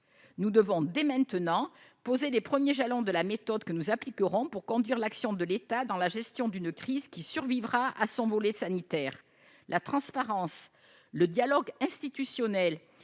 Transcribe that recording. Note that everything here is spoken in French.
Nous devons dès maintenant poser les premiers jalons de la méthode que nous appliquerons pour conduire l'action de l'État dans la gestion d'une crise qui survivra à son volet sanitaire. La transparence, le dialogue institutionnel